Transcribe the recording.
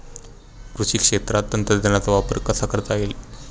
कृषी क्षेत्रात तंत्रज्ञानाचा वापर कसा करता येईल?